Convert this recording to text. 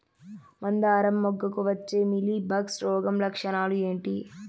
మందారం మొగ్గకు వచ్చే మీలీ బగ్స్ రోగం లక్షణాలు ఏంటి?